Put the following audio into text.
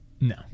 No